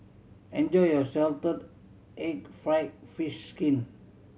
enjoy your salted egg fried fish skin